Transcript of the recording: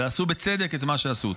ועשו בצדק את מה שעשו.